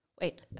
Wait